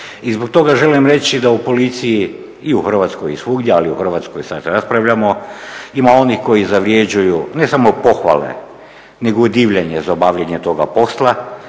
I zbog toga želim reći da u policiji, i u Hrvatskoj i svugdje, ali o Hrvatskoj sad raspravljamo, ima onih koji zavređuju ne samo pohvale nego divljenje za obavljanje toga posla,